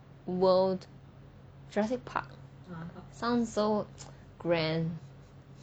world jurassic park sounds so grand